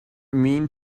mean